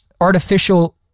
artificial